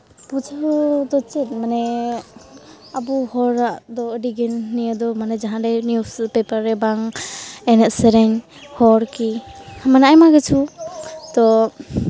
ᱵᱩᱡᱷᱟᱹᱣ ᱫᱚ ᱪᱮᱫ ᱢᱟᱱᱮ ᱟᱵᱚ ᱦᱚᱲᱟᱜ ᱫᱚ ᱟᱹᱰᱤᱜᱮ ᱱᱤᱭᱟᱹ ᱫᱚ ᱢᱟᱱᱮ ᱡᱟᱦᱟᱸ ᱫᱚ ᱱᱤᱭᱩᱥ ᱯᱮᱯᱟᱨ ᱨᱮ ᱵᱟᱝ ᱮᱱᱮᱡᱼᱥᱮᱨᱮᱧ ᱦᱚᱲ ᱠᱤ ᱢᱟᱱᱮ ᱟᱭᱢᱟ ᱠᱤᱪᱷᱩ ᱛᱚ